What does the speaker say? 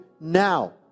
now